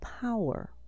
power